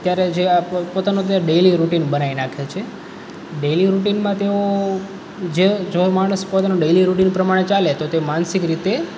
ત્યારે જે આ પોત પોતાનો જે ડેલી રૂટિન બનાવી નાખે છે ડેલી રૂટિનમાં તેઓ જે જો માણસ પોતાનું ડેલી રૂટિન પ્રમાણે ચાલે તો તે માનસિક રીતે